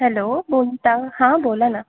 hello बोलता हां बोला ना